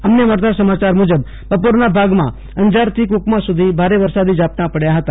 અમને મળતા સમાચાર મુજબ બપોરના ભાગમાં અંજારથી કુકમા સુધી ભારે વરસાદી ઝાપટા પડ્યા હતા